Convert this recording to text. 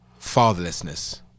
fatherlessness